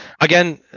Again